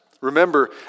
Remember